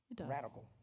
radical